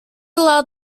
allowed